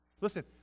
Listen